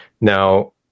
now